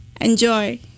Enjoy